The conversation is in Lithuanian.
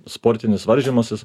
sportinis varžymasis